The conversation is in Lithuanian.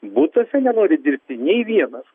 butuose nenori dirbti nei vienas